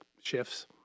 shifts